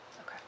Okay